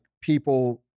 people